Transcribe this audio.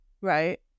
Right